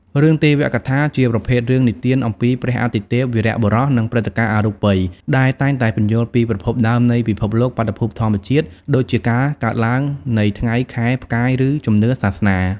រឿងទេវកថា ជាប្រភេទរឿងនិទានអំពី ព្រះ អាទិទេព វីរបុរស និងព្រឹត្តិការណ៍ អរូបី ដែលតែងតែពន្យល់ពីប្រភពដើមនៃពិភពលោក បាតុភូតធម្មជាតិ ដូចជាការកើតឡើងនៃថ្ងៃ ខែ ផ្កាយ ឬជំនឿសាសនា ។